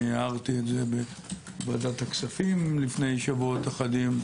הערתי זאת בוועדת הכספים לפני שבועות אחדים.